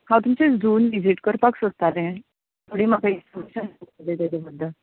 हांव तुमचे झून व्हिजीट करपाक सोदतालें थोडी म्हाका इन्फॉर्मेशन जाय आशिल्ली तेज्या बद्दल